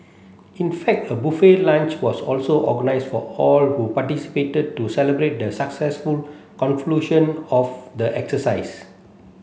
in fact a buffet lunch was also organised for all who participated to celebrate the successful conclusion of the exercise